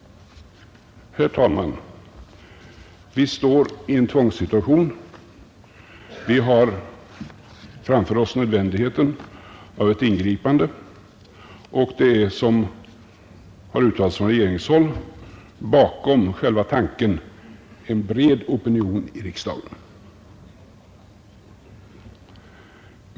Herr talman! Vi befinner oss i en tvångssituation. Vi har framför oss nödvändigheten av ett ingripande, och det är, såsom det har yttrats från regeringshåll, bakom själva tanken en bred opinion i riksdagen.